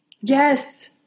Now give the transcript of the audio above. Yes